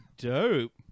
dope